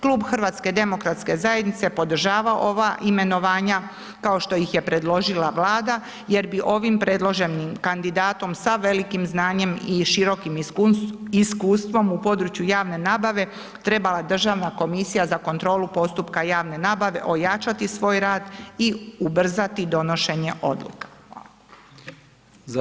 Klub HDZ-a podržava ova imenovanja kao što oh je predložila Vlada jer bi ovim predloženim kandidatom sa velikim znanjem i širokim iskustvom u području javne nabave, trebala Državna komisija za kontrolu postupka javne nabave ojačati svoj rad i ubrzati donošenje odluka, hvala.